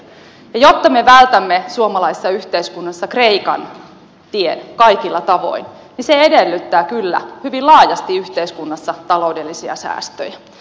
jotta me vältämme suomalaisessa yhteiskunnassa kreikan tien kaikilla tavoin se edellyttää kyllä hyvin laajasti yhteiskunnassa taloudellisia säästöjä